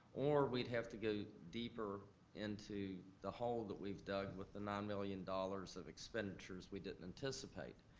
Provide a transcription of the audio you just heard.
or we'd have to go deeper into the hole that we've dug with the nine million dollars of expenditures we didn't anticipate.